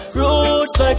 Roots